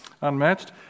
unmatched